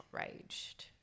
Outraged